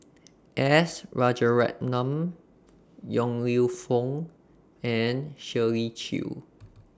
S Rajaratnam Yong Lew Foong and Shirley Chew